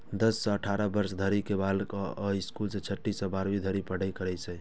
दस सं अठारह वर्ष धरि के बालिका अय स्कूल मे छठी सं बारहवीं धरि पढ़ाइ कैर सकै छै